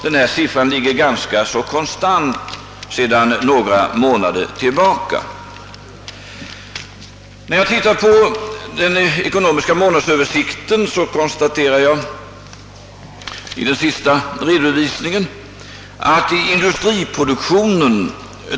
Den senaste ekonomiska månadsöversikten visar trots allt en viss ökning av industriproduktionen.